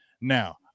Now